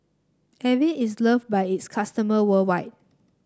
Avene is loved by its customer worldwide